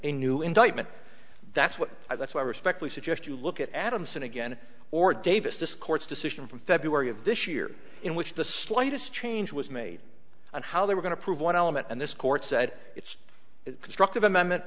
a new indictment that's what i that's why i respectfully suggest you look at adamson again or davis this court's decision from february of this year in which the slightest change was made and how they were going to prove one element and this court said it's constructive amendment